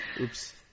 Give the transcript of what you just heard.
Oops